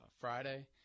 Friday